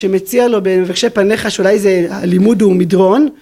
שמציע לו בבקשה פניך שאולי זה בלימוד הוא מדרון